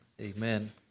Amen